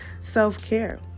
self-care